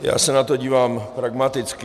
Já se na to dívám pragmaticky.